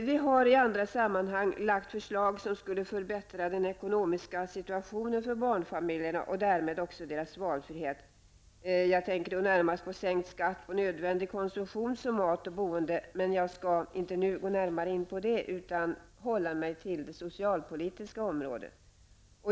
Vi har i andra sammanhang lagt fram förslag som skulle förbättra den ekonomiska situationen för barnfamiljerna och därmed också deras valfrihet. Jag tänker då närmast på sänkt skatt på nödvändig konsumtion som mat och boende, men jag skall inte nu gå närmare in på det utan hålla mig till det socialpolitiska området.